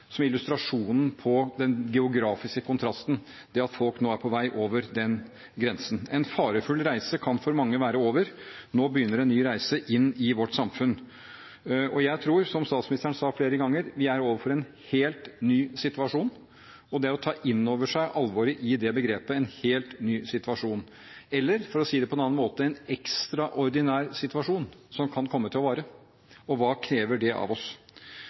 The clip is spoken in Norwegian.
som illustrasjon på den geografiske kontrasten, det at folk nå er på vei over denne grensen. En farefull reise kan for mange være over, nå begynner en ny reise inn i vårt samfunn. Og jeg tror, som statsministeren sa flere ganger, at vi står overfor en helt ny situasjon, og vi må ta inn over oss alvoret i begrepet «en helt ny situasjon» – eller for å si det på en annen måte: en ekstraordinær situasjon, som kan komme til å vare, med hva det krever av oss.